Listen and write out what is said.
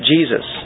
Jesus